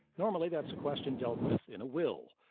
normally, that's a question dealt with in a will,